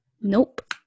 Nope